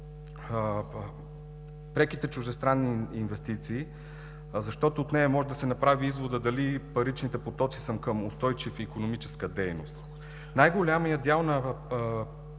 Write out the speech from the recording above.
преките чуждестранни инвестиции, защото от нея може да се направи изводът дали паричните потоци са към устойчива икономическа дейност. Най-големият дял на